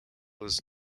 was